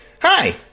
Hi